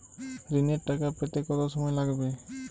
ঋণের টাকা পেতে কত সময় লাগবে?